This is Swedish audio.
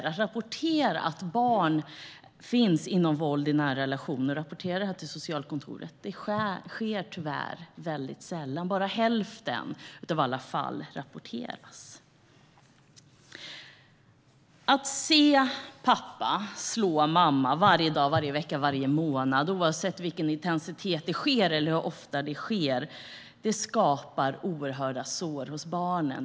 De ska rapportera till socialkontoret när barn finns inom våld i nära relationer. Det sker tyvärr väldigt sällan. Bara hälften av alla fall rapporteras. Att se pappa slå mamma varje dag, varje vecka och varje månad oavsett med vilken intensitet eller hur ofta det sker skapar oerhörda sår hos barnen.